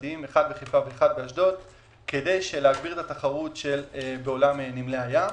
פרטיים בחיפה ובאשדוד כדי להגביר את התחרות בעולם נמלי הים.